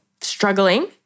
struggling